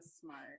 smart